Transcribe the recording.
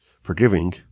forgiving